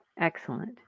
Excellent